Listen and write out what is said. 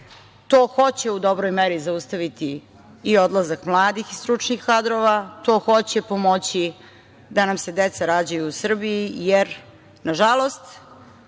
To hoće u dobroj meri zaustaviti i odlazak mladih i stručnih kadrova, to hoće pomoći da nam se deca rađaju u Srbiji, jer, nažalost,